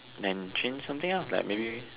then change something else like maybe